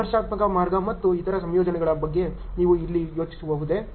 ವಿಮರ್ಶಾತ್ಮಕ ಮಾರ್ಗ ಮತ್ತು ಇತರ ಸಂಯೋಜನೆಗಳ ಬಗ್ಗೆ ನೀವು ಇಲ್ಲಿ ಯೋಚಿಸಬಹುದೇ